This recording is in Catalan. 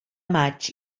maig